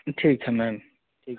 ठीक है मैम ठीक